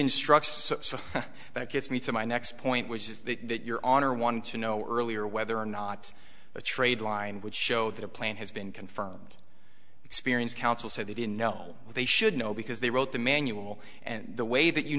instructs so so that gets me to my next point which is that you're on or want to know earlier whether or not the trade line would show that a plan has been confirmed experience council said they didn't know what they should know because they wrote the manual and the way that you